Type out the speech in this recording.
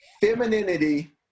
femininity